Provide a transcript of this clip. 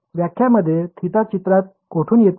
व्याख्या मध्ये थिटा चित्रात कोठून येतो